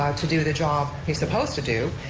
to do the job he's supposed to do,